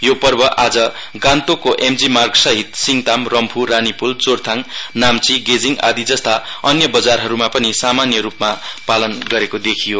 यो पर्व आज गान्तोकको एमजी मार्गसहित सिङताम रम्फू रानीपूल जोरताङ नाम्ची गेजिङ आदि जस्ता अन्य बजारहरूमा पनि सामान्य रूपमा होली पर्व पालन गरेको देखियो